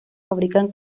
fabrican